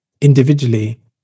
Individually